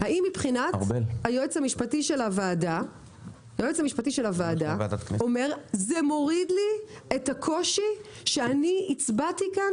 היועץ המשפטי של הוועדה אומר: זה מוריד לי את הקושי שאני הצבעתי כאן,